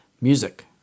Music